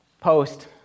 post